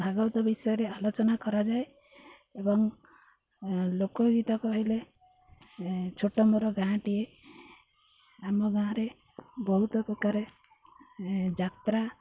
ଭାଗବତ ବିଷୟରେ ଆଲୋଚନା କରାଯାଏ ଏବଂ ଲୋକଗୀତ କହିଲେ ଛୋଟ ମୋର ଗାଁଟିଏ ଆମ ଗାଁରେ ବହୁତ ପ୍ରକାର ଯାତ୍ରା